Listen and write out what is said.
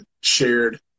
shared